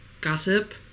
gossip